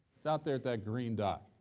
it's out there at that green dot.